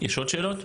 יש עוד שאלות?